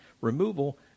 removal